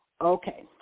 Okay